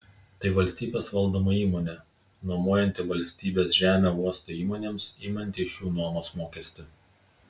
tai valstybės valdoma įmonė nuomojanti valstybės žemę uosto įmonėms imanti iš jų nuomos mokestį